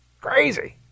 crazy